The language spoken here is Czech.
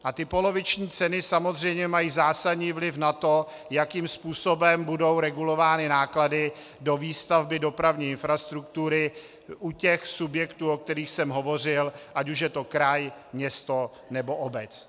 A ty poloviční ceny samozřejmě mají zásadní vliv na to, jakým způsobem budou regulovány náklady do výstavby dopravní infrastruktury u těch subjektů, o kterých jsem hovořil, ať už je to kraj, město nebo obec.